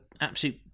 absolute